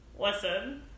Listen